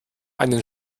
einen